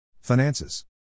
Finances